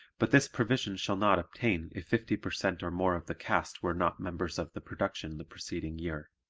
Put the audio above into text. but this provision shall not obtain if fifty per cent or more of the cast were not members of the production the preceding year.